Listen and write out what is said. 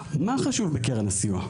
מה חשוב בקרן הסיוע?